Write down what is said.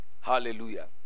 Hallelujah